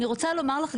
אני רוצה לומר לך,